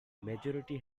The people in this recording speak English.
majority